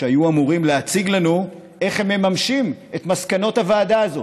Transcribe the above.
שהיו אמורים להציג לנו איך הם מממשים את מסקנות הוועדה הזאת.